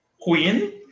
Queen